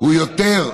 הוא יותר,